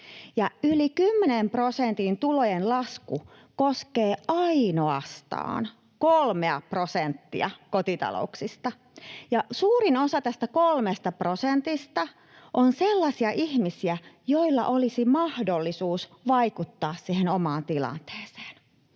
Yli 10 prosentin tulojen lasku koskee ainoastaan kolmea prosenttia kotitalouksista. Suurin osa tästä kolmesta prosentista on sellaisia ihmisiä, joilla olisi mahdollisuus vaikuttaa siihen omaan tilanteeseen.